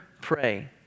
pray